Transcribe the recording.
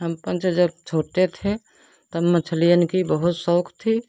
हम पंचर जब छोटे थे तब मछलियों का बहुत सौख था